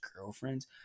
girlfriends